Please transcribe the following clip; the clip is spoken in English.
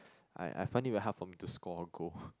I I find it very hard for me to score a goal